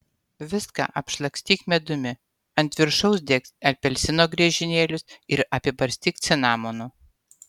viską apšlakstyk medumi ant viršaus dėk apelsino griežinėlius ir apibarstyk cinamonu